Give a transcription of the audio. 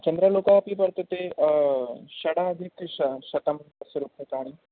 चन्द्रालोकः अपि वर्तते षडाधिक श शतं रूप्यकाणि